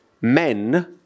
men